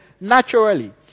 naturally